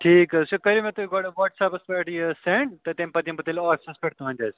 ٹھیٖک حظ چھُ کٔرِو مےٚ تُہۍ گوڈٕ واٹس اَیپَس پٮ۪ٹھ یہِ سینٛڈ تہٕ تَمہِ پتہٕ یِمہٕ تیٚلہِ بہٕ آفسَس پٮ۪ٹھ تُہٕنٛدِس